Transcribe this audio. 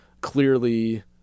clearly